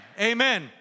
amen